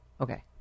Okay